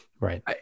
Right